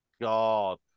God